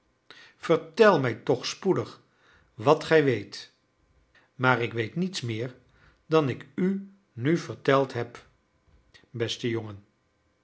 vertel mij toch spoedig wat gij weet maar ik weet niets meer dan ik u nu verteld heb beste jongen